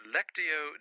Lectio